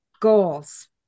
goals